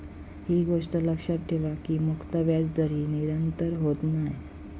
ही गोष्ट लक्षात ठेवा की मुक्त व्याजदर ही निरंतर होत नाय